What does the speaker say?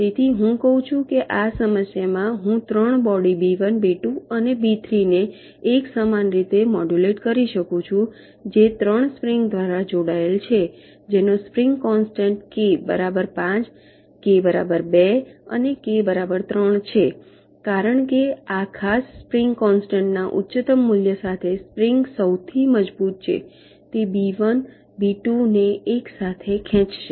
તેથી હું કહું છું કે આ સમસ્યામાં હું ત્રણ બોડી બી 1 બી 2 અને બી 3 ને એક સમાન રીતે મોડ્યુલેટ કરી શકું છું જે ત્રણ સ્પ્રિંગ દ્વારા જોડાયેલ છે જેનો સ્પ્રિંગ કોન્સ્ટન્ટ કે બરાબર 5 કે બરાબર 2 અને કે બરાબર 3 છે કારણ કે આ ખાસ સ્પ્રિંગ કોન્સ્ટન્ટ ના ઉચ્ચતમ મૂલ્ય સાથે સ્પ્રિંગ સૌથી મજબૂત છે તે બી 1 બી 2 ને એક સાથે ખેંચશે